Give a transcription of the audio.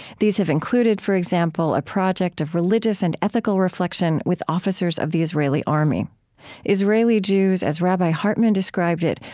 these have included, for example, a project of religious and ethical reflection with officers of the israeli army israeli jews, as rabbi hartman described it,